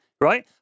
right